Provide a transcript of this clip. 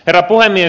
herra puhemies